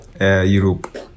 Europe